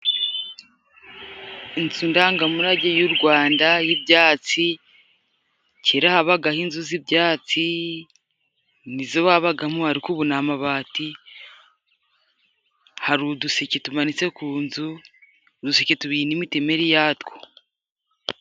Inzu ndangamurage y'u Rwanda y'ibyatsi， kera habagaho inzu z'ibyatsi， nizo babagamo ariko ubu ni amabati. Hari uduseke tumanitse ku nzu，uduseke tubiri nimitemeri yatwo.